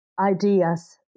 ideas